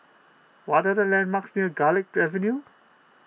what are the landmarks near Garlick Avenue